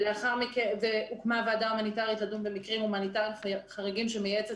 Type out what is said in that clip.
הוקמה ועדה הומניטרית לדון במקרים הומניטריים חריגים שמייעצת